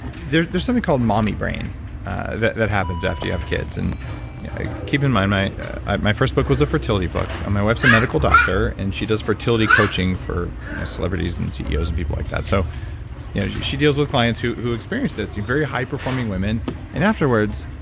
there's there's something called mommy brain that that happens after you have kids. keep in mind, my my first book was a fertility book. my wife's a medical doctor. and she does fertility coaching for celebrities, and ceos, and people like that. so you know she she deals with clients who who experience this very high performing women and afterwards,